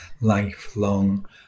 lifelong